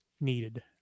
needed